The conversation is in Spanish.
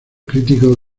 crítico